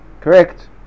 Correct